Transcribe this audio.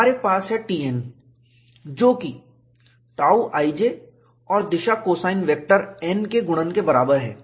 हमारे पास है Tn जो कि जो कि 𝜏ij और दिशा कोसाइन वेक्टर n के गुणन के बराबर है